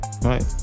Right